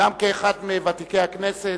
גם כאחד מוותיקי הכנסת.